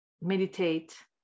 meditate